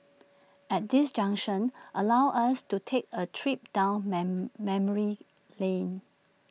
at this junction allow us to take A trip down my memory lane